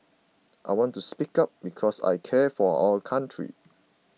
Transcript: I want to speak up because I care for our country